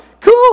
cool